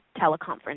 teleconference